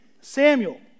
Samuel